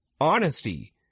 Honesty